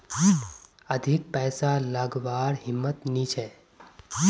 अधिक पैसा लागवार हिम्मत नी छे